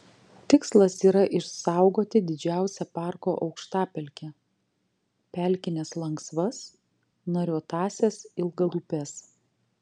tikslas yra išsaugoti didžiausią parko aukštapelkę pelkines lanksvas nariuotąsias ilgalūpes